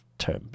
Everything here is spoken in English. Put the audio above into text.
term